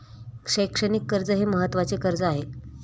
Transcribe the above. शैक्षणिक कर्ज हे महत्त्वाचे कर्ज आहे